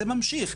זה ממשיך.